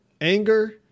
anger